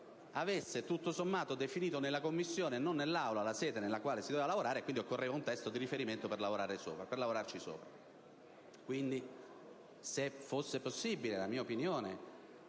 avesse tutto sommato definito nella Commissione e non nell'Aula la sede dove si doveva lavorare, e quindi occorreva un testo di riferimento per poterci lavorare. Quindi, se fosse possibile esprimere la mia opinione